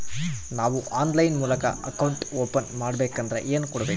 ನಾವು ಆನ್ಲೈನ್ ಮೂಲಕ account open ಮಾಡಬೇಂಕದ್ರ ಏನು ಕೊಡಬೇಕು?